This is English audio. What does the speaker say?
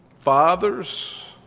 fathers